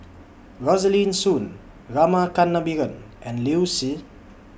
Rosaline Soon Rama Kannabiran and Liu Si